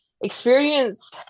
experience